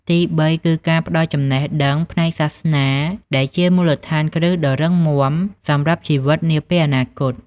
ទី៣ គឺការផ្ដល់ចំណេះដឹងផ្នែកសាសនាដែលជាមូលដ្ឋានគ្រឹះដ៏រឹងមាំសម្រាប់ជីវិតនាពេលអនាគត។